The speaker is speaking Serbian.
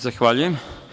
Zahvaljujem.